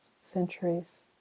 centuries